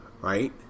right